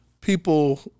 people